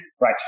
right